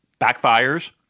backfires